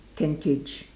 tentage